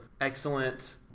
excellent